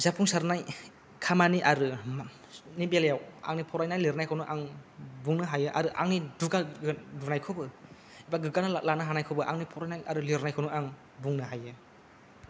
जाफुंसारनाय खामानि आरो माबानि बेलायाव आंनि फरायनाय लिरनायखौनो आं बुंनो हायो आर आंनि दुगा दुनायखौबो बा गोगानान लानो हानायखौबो आंनि फरायनाय आरो लिरनायखौनो आं बुंनो हायो